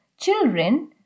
children